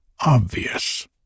obvious